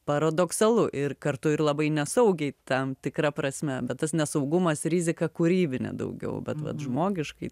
paradoksalu ir kartu ir labai nesaugiai tam tikra prasme bet tas nesaugumas rizika kūrybinė daugiau bet vat žmogiškai